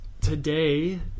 today